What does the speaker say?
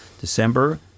December